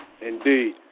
indeed